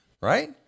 right